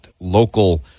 local